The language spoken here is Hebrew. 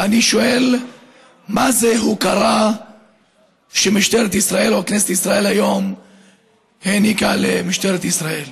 ואני שואל מהי ההוקרה שכנסת ישראל היום העניקה למשטרת ישראל.